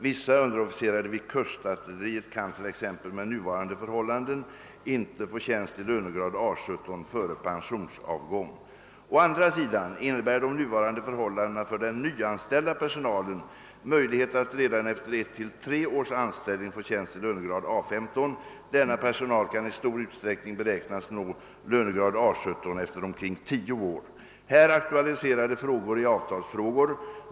Vissa underofficerare vid kustartilleriet kan t.ex. med nuvarande förhållanden inte få tjänst i lönegrad A 17 före pensionsavgång. Å andra sidan innebär de nuvarande förhållandena för den nyanställda personalen möjlighet att redan efter ett till tre års anställning få tjänst i lönegrad A 15. Denna personal kan också i stor utsträckning beräknas nå lönegrad A 17 efter omkring tio år. Här aktualiserade frågor är avtalsfrågor.